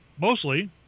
mostly